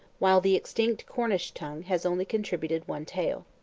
while the extinct cornish tongue has only contributed one tale.